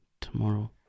Tomorrow